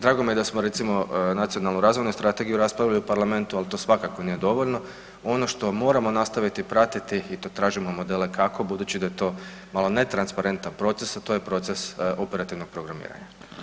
Drago mi je, da smo recimo, Nacionalnu razvojnu strategiju raspravili u parlamentu, ali to svakako nije dovoljno, ono što moramo nastaviti pratiti i to tražimo modele kako budući da je to malo netransparentan proces, a to je proces operativnog programiranja.